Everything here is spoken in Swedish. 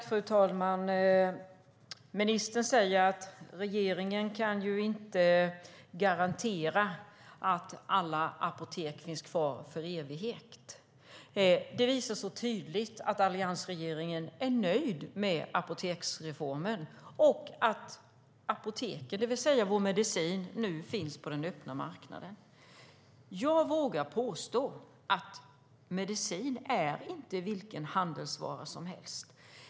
Fru talman! Ministern säger att regeringen inte kan garantera att alla apotek finns kvar i evighet. Det visar tydligt att alliansregeringen är nöjd med apoteksreformen och att apoteken, det vill säga vår medicin, nu finns på den öppna marknaden. Jag vågar påstå att medicin inte är vilken handelsvara som helst.